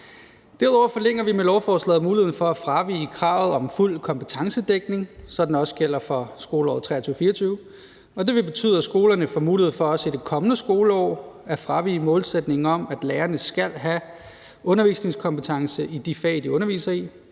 Derudover forlænger vi med lovforslaget muligheden for at fravige kravet om fuld kompetencedækning, så den også gælder for skoleåret 2023/24. Det vil betyde, at skolerne også i det kommende skoleår får mulighed for at fravige målsætningen om, at lærerne skal have undervisningskompetence i de fag, de underviser i.